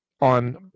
on